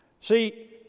See